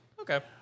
Okay